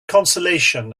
consolation